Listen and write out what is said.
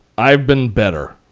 i've been better.